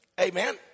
Amen